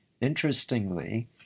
Interestingly